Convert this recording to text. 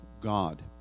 God